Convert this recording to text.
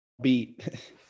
beat